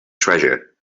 treasure